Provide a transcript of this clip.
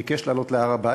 ביקש לעלות להר-הבית?